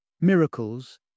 Miracles